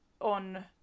on